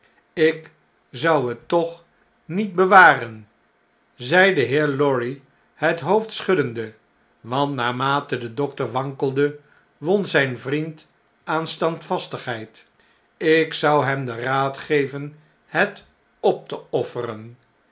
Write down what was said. ik zou het toch niet bewaren zei deheer lorry het hoofd schuddende want naarmate de dokter wankelde won zjjn vriend aan standvastigheid lk zou hem den raad geven het op te offeren